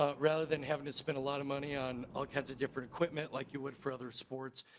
ah rather than having to spend a lot of money on all kinds of different equipment like you would for other sports.